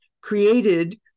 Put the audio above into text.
created